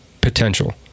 potential